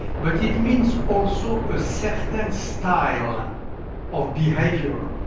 but it means also a certain style and of behavior,